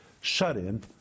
shut-in